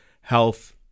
health